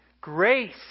grace